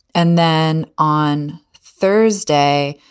and then on thursday,